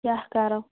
کیاہ کَرو